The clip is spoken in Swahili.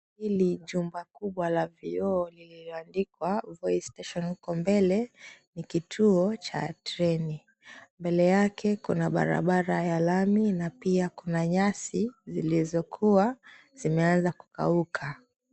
Hili jumba kubwa la vioo lililoandikwa, Voi Station huko mbele ni kituo cha treni. Mbele yake kuna barabara ya lami na pia kuna nyasi zilizokuwa zimeanza kukauka.